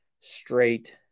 straight